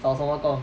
找什么工